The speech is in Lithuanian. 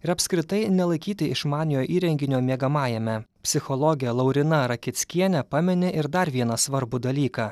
ir apskritai nelaikyti išmaniojo įrenginio miegamajame psichologė lauryna rakickienė pamini ir dar vieną svarbų dalyką